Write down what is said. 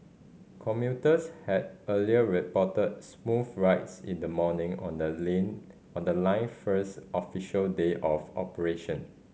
commuters had earlier reported smooth rides in the morning on the on the line's first official day of operation